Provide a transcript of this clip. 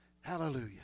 Hallelujah